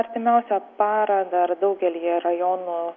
artimiausią parą dar daugelyje rajonų